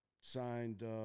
signed